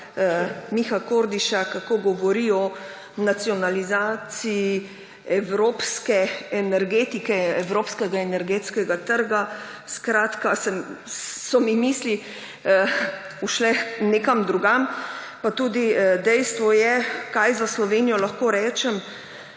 Miha Kordiša, kako govori o nacionalizaciji evropske energetike, evropskega energetskega trga. Skratka, so mi misli ušle nekam drugam. Pa tudi dejstvo je, kaj za Slovenijo lahko rečem,